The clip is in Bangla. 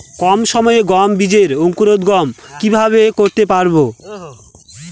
কম সময়ে গম বীজের অঙ্কুরোদগম কিভাবে করতে পারব?